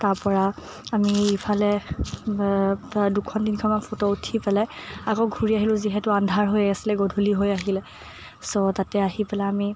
তাৰপৰা আমি ইফালে দুখন তিনিখনমান ফটো উঠি পেলাই আকৌ ঘুৰি আহিলোঁ যিহেতু আন্ধাৰ হৈ আছিলে গধূলি হৈ আহিলে ছ' তাতে আহি পেলাই আমি